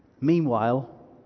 Meanwhile